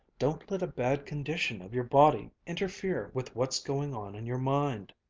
don't let a bad condition of your body interfere with what's going on in your mind.